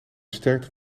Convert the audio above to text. sterkte